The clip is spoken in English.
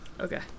Okay